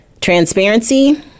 Transparency